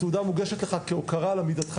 התעודה מוגשת לך כהוקרה על עמידתך